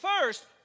first